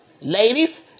ladies